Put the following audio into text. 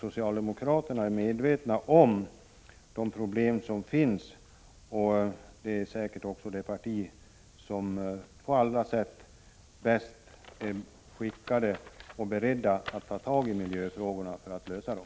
Socialdemokraterna är medvetna om de problem som finns, och det är säkert också det parti som på alla sätt är bäst skickat och berett att ta tag i miljöfrågorna för att lösa dem.